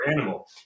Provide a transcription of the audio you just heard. animal